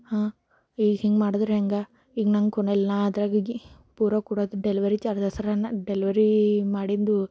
ಹಾಂ ಈಗ ಹಿಂಗ ಮಾಡಿದ್ರೆ ಹೆಂಗೆ ಈಗ ನಂಗೆ ಕೊನೆಯಲ್ಲಿ ನಾ ಅದ್ರಾಗೀಗ ಪೂರಾ ಕೊಡೋದು ಡೆಲಿವರಿ ಚಾರ್ಜಸ್ ಏನರೆ ಡೆಲಿವರಿ ಮಾಡಿದ್ದು